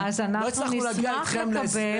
אנחנו לא הצלחנו להגיע איתכם להסדר מאוד פשוט.